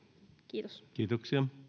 kiitos kiitos